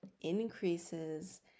increases